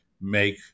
make